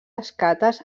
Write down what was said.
escates